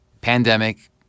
pandemic